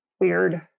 weird